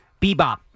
Bebop